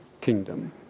kingdom